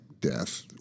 death